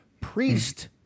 Priest